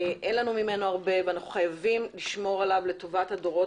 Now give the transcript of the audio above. אין לנו ממנו הרבה ואנחנו חייבים לשמור עליו לטובת הדורות